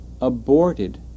aborted